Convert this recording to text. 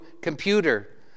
computer